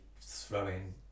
throwing